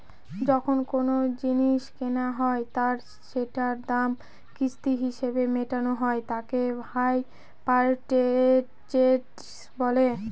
যখন কোনো জিনিস কেনা হয় আর সেটার দাম কিস্তি হিসেবে মেটানো হয় তাকে হাই পারচেস বলে